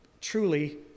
truly